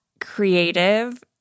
creative